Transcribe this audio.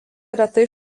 retai